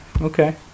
Okay